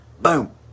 boom